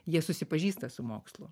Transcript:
jie susipažįsta su mokslu